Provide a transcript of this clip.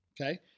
Okay